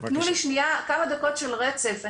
תנו לי שנייה כמה דקות של רצף.